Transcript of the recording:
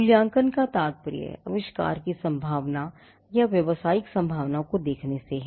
मूल्यांकन का तात्पर्य आविष्कार की संभावना या व्यावसायिक संभावना को देखने से है